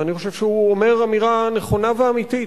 ואני חושב שהוא אומר אמירה נכונה ואמיתית.